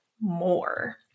more